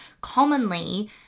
commonly